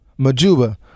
Majuba